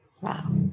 Wow